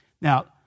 Now